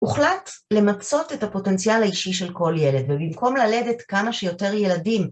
הוחלט למצות את הפוטנציאל האישי של כל ילד ובמקום ללדת כמה שיותר ילדים.